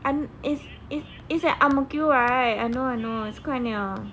and is it is at ang mo kio right I don't know it's quite near